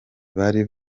bari